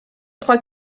crois